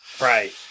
Right